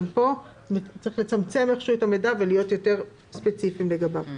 גם פה צריך לצמצם את המידע ולהיות יותר ספציפיים לגביו.